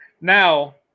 Now –